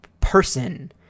person